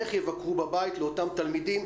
איך יבקרו בבית לאותם תלמידים?